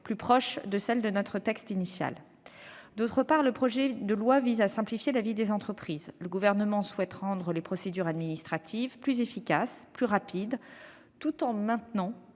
plus proche de celle du texte initial. D'autre part, le projet de loi vise à simplifier la vie des entreprises. Le Gouvernement souhaite rendre les procédures administratives plus efficaces et plus rapides, tout en maintenant